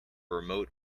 remote